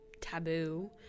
taboo